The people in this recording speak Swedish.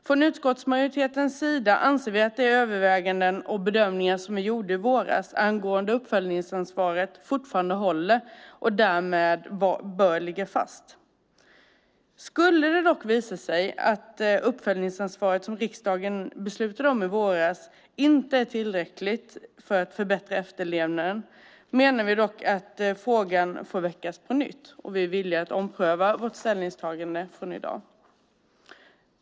Från utskottsmajoritetens sida anser vi att de överväganden och bedömningar som vi gjorde i våras angående uppföljningsansvaret fortfarande håller och därmed bör ligga fast. Skulle det dock visa sig att uppföljningsansvaret som riksdagen beslutade om i våras inte är tillräckligt för att förbättra efterlevnaden menar vi att frågan får väckas på nytt, och vi är villiga att ompröva vårt ställningstagande från i dag.